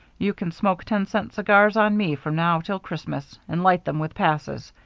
you can smoke ten cent cigars on me from now till christmas, and light them with passes.